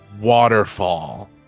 waterfall